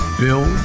bill